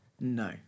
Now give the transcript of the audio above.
No